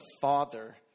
father